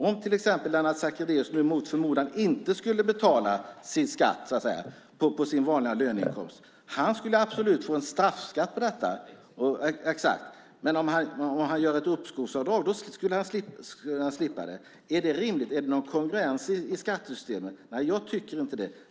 Om till exempel Lennart Sacrédeus mot förmodan skulle låta bli att betala skatt på sin vanliga löneinkomst skulle han absolut få en straffskatt på detta. Men om han gör ett uppskovsavdrag skulle han slippa det. Är det rimligt? Är det kongruens i skattesystemet? Jag tycker inte det.